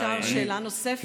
אם אפשר, שאלה נוספת.